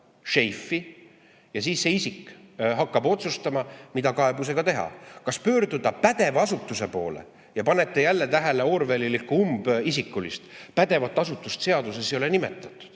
ja siis see isik hakkab otsustama, mida kaebusega teha. Kas pöörduda pädeva asutuse poole? Ja panete jälle tähele orwellilikku umbisikulisust? Pädevat asutust seaduses ei ole nimetatud,